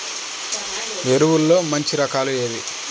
ఎరువుల్లో మంచి రకాలు ఏవి?